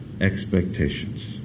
expectations